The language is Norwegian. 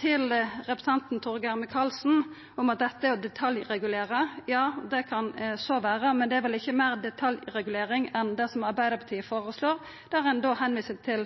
Til representanten Torgeir Micaelsen om at dette er å detaljregulera: Ja, det kan så vera, men det er vel ikkje meir detaljregulering enn det som Arbeidarpartiet føreslår, der ein viser til